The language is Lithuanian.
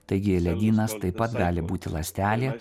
taigi ledynas taip pat gali būti ląstelė